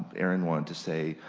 aaron wanted to say,